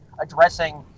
addressing